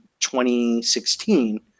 2016